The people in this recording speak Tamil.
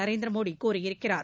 நரேந்திர மோடி கூறியிருக்கிறார்